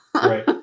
Right